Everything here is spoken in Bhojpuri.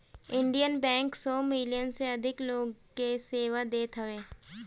इंडियन बैंक सौ मिलियन से अधिक लोग के सेवा देत हवे